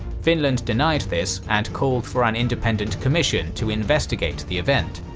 finland denied this and called for an independent commission to investigate the event.